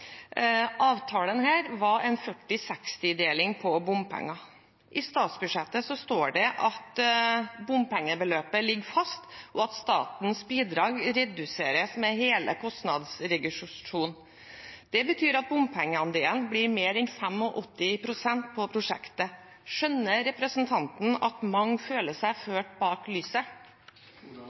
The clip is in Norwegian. Avtalen her var en 40/60-fordeling. I statsbudsjettet står det at bompengebeløpet ligger fast, og at statens bidrag reduseres med hele kostnadsreduksjonen. Det betyr at bompengeandelen blir mer enn 85 pst. på prosjektet. Skjønner representanten at mange føler seg ført bak lyset?